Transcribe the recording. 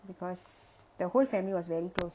because the whole family was very close